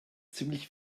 ziemlich